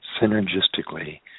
synergistically